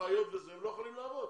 אחיות וזה והם לא יכולים לעבוד.